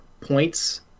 points